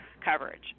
coverage